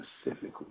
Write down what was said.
specifically